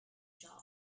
job